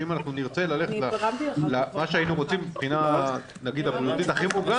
שאם נרצה ללכת מהבחינה הבריאותית הכי מוגן,